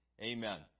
Amen